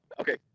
Okay